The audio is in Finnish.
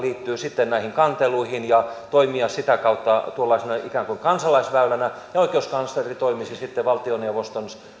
näihin kanteluihin toimia sitä kautta tuollaisena ikään kuin kansalaisväylänä ja oikeuskansleri toimisi sitten valtioneuvoston